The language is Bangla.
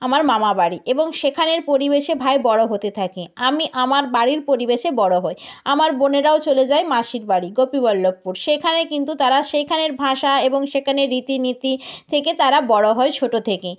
আমার মামা বাড়ি এবং সেখানের পরিবেশে ভাই বড় হতে থাকে আমি আমার বাড়ির পরিবেশে বড় হই আমার বোনেরাও চলে যায় মাসির বাড়ি গোপীবল্লভপুর সেখানে কিন্তু তারা সেইখানের ভাষা এবং সেখানের রীতিনীতি থেকে তারা বড় হয় ছোটো থেকে